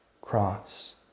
cross